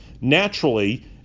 Naturally